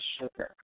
sugar